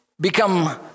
become